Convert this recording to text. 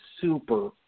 super